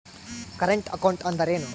Current account ಅಂದರೇನು?